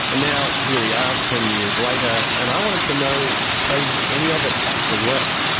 and now here we are ten years later, and i wanted to know, has any of it actually worked?